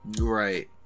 right